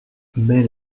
mais